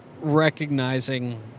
recognizing